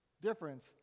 difference